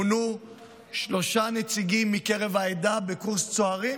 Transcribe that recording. מונו שלושה נציגים מקרב העדה בקורס צוערים,